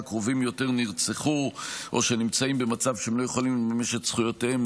קרובים יותר נרצחו או שנמצאים במצב שהם לא יכולים לממש את זכויותיהם,